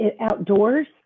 outdoors